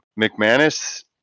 McManus